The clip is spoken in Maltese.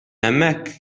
hemmhekk